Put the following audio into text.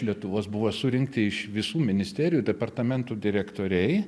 lietuvos buvo surinkti iš visų ministerijų departamentų direktoriai